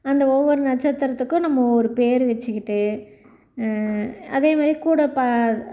அந்த ஒவ்வொரு நட்சத்திரத்துக்கும் நம்ம ஒரு பேர் வச்சுக்கிட்டு அதே மாதிரி கூட ப